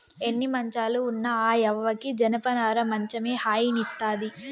ఎన్ని మంచాలు ఉన్న ఆ యవ్వకి జనపనార మంచమే హాయినిస్తాది